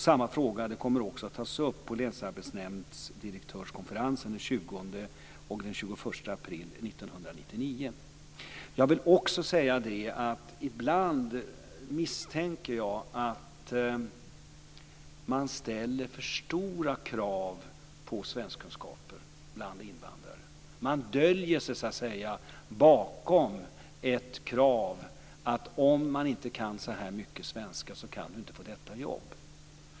Samma fråga kommer också att tas upp på konferensen för direktörer på länsarbetsnämnderna den 20-21 Jag vill också säga att ibland misstänker jag att man ställer för stora krav på svenskkunskaper bland invandrare. Man döljer sig så att säga bakom ett krav på att om du inte kan så här mycket svenska kan du inte få detta jobb.